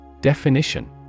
Definition